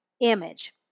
image